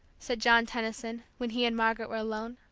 said john tenison, when he and margaret were alone.